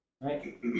Right